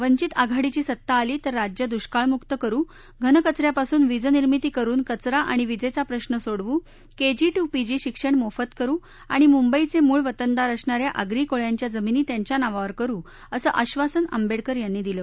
वंचित आघाडीची सत्ता आली तर राज्य दुष्काळमुक्त करू घनकच यापासून वीजनिर्मिती करून कचरा आणि वीजेचा प्रश्न सोडवू केजी मीजी शिक्षण मोफत करू आणि मुंबईचे मूळ वतनदार असणा या आगरी कोळयांच्या जमिनी त्यांच्या नावावर करू अस आश्वासन आंबेडकर यांनी दिलं